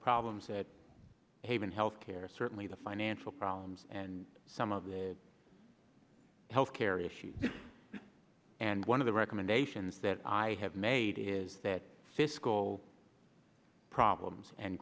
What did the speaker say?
problems that haven health care certainly the financial problems and some of the health care issues and one of the recommendations that i have made is that fiscal problems and